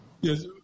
Yes